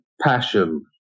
passion